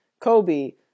Kobe